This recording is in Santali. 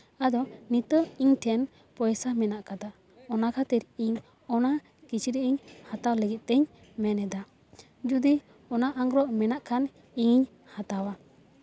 ᱟᱫᱚ ᱱᱤᱛᱚᱜ ᱤᱧ ᱴᱷᱮᱱ ᱯᱚᱭᱥᱟ ᱢᱮᱱᱟᱜ ᱟᱠᱟᱫᱟ ᱚᱱᱟ ᱠᱷᱟᱹᱛᱤᱨ ᱤᱧ ᱚᱱᱟ ᱠᱤᱪᱨᱤᱪ ᱤᱧ ᱦᱟᱛᱟᱣ ᱞᱟᱹᱜᱤᱫ ᱛᱤᱧ ᱢᱮᱱ ᱮᱫᱟ ᱡᱩᱫᱤ ᱚᱱᱟ ᱟᱝᱨᱚᱵᱽ ᱢᱮᱱᱟᱜ ᱠᱷᱟᱱ ᱤᱧ ᱦᱟᱛᱟᱣᱟ